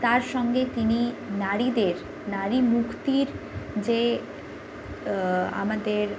তার সঙ্গে তিনি নারীদের নারী মুক্তির যে আমাদের